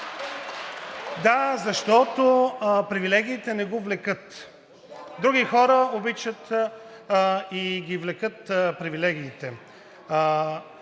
Да, защото привилегиите не го влекат – други хора обичат и ги влекат привилегиите.